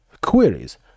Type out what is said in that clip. queries